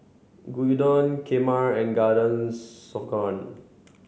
Gyudon Kheema and Garden